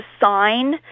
sign